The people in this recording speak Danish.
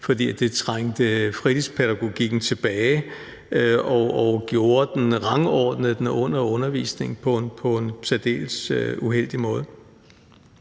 fordi det trængte fritidspædagogikken tilbage og rangordnede den under undervisning på en særdeles uheldig måde.